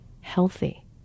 healthy